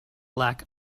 lack